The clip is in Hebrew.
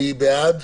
מי נגד?